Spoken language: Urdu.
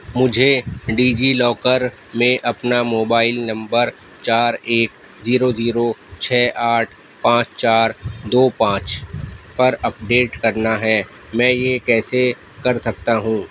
مجھے ڈیجی لاکر میں اپنا موبائل نمبر چار ایک زیرو زیرو چھ آٹھ پانچ چار دو پانچ پر اپ ڈیٹ کرنا ہے میں یہ کیسے کر سکتا ہوں